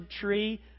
tree